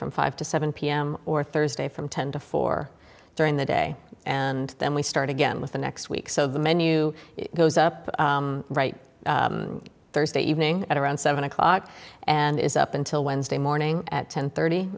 from five to seven p m or thursday from ten to four during the day and then we start again with the next week so the menu goes up right thursday evening at around seven o'clock and is up until wednesday morning at ten thirty